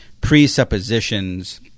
presuppositions